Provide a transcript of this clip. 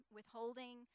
Withholding